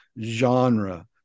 genre